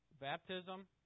Baptism